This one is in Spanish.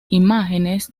imágenes